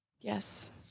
Yes